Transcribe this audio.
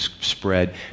spread